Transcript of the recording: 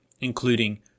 including